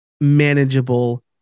manageable